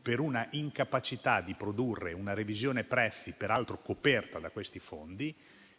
per l'incapacità di produrre una revisione dei prezzi, peraltro coperta da questi fondi,